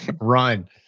run